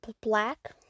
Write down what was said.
black